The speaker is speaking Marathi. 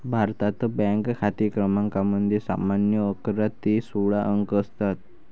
भारतात, बँक खाते क्रमांकामध्ये सामान्यतः अकरा ते सोळा अंक असतात